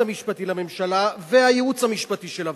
המשפטי לממשלה והייעוץ המשפטי של הוועדה.